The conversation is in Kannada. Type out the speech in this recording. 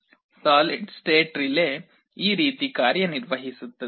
ಸಾಲಿಡ್ ಸ್ಟೇಟ್ ರಿಲೇ ಈ ರೀತಿ ಕಾರ್ಯನಿರ್ವಹಿಸುತ್ತದೆ